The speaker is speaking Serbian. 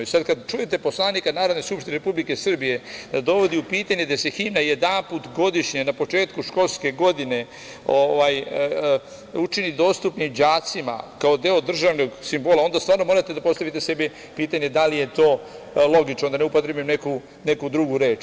I sada, kada čujete poslanika Narodne skupštine Republike Srbije da dovodi u pitanje da se himna jedanput godišnje na početku školske godine učini dostupnim đacima kao deo državnog simbola, onda stvarno morate da postavite sebi pitanje da li je to logično, da ne upotrebim neku drugu reč.